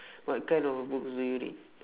what kind of a books do you read